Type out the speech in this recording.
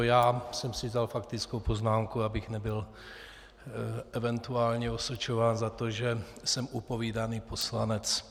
Já jsem si vzal faktickou poznámku, abych nebyl eventuálně osočován za to, že jsem upovídaný poslanec.